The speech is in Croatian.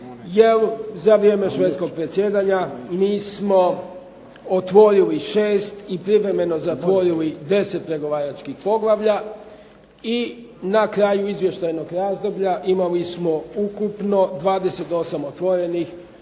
za vrijeme švedskog predsjedanja mi smo otvorili 6 i privremeno zatvorili 10 pregovaračkih poglavlja i na kraju izvještajnog razdoblja imali smo ukupno 28 otvorenih